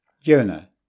Jonah